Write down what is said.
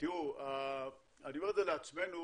אני אומר את זה לעצמנו,